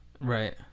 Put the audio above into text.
Right